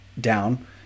down